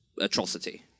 atrocity